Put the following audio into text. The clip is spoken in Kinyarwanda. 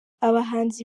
abahanzi